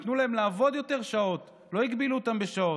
נתנו להם לעבוד יותר שעות, לא הגבילו אותם בשעות.